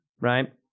right